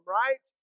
right